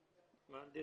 תודה